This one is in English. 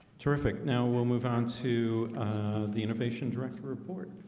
terrific now we'll move on to the innovation director report